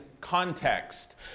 context